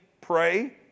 pray